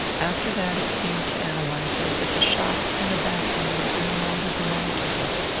after that it seemed to ann eliza that the shop and the back room no longer belonged to her.